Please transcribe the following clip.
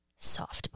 Softball